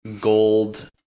gold